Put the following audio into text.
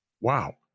Wow